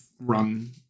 run